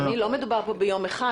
לא מדובר על יום אחד,